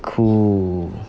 cool